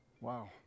Wow